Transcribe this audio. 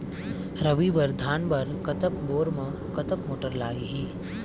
रबी बर धान बर कतक बोर म कतक मोटर लागिही?